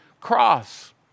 cross